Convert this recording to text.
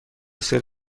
سلف